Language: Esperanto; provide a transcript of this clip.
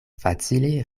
facile